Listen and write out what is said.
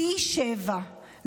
פי שבעה.